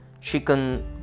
chicken